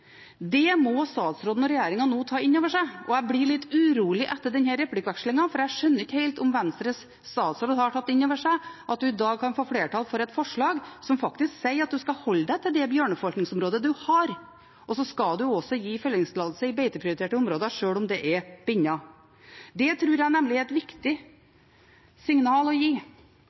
Det må statsråden og regjeringen nå ta inn over seg, og jeg blir litt urolig etter denne replikkvekslingen, for jeg skjønner ikke helt om Venstres statsråd har tatt inn over seg at en i dag kan få flertall for et forslag som faktisk går ut på at en skal holde seg til det bjørneforvaltningsområdet en har, og så skal en også gi fellingstillatelse i beiteprioriterte områder sjøl om det er binner. Det tror jeg nemlig er et viktig signal å gi,